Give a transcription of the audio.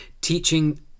Teaching